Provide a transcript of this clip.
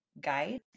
guide